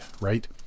right